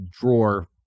drawer